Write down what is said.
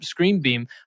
ScreenBeam